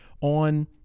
on